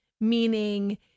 meaning